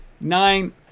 nine